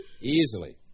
easily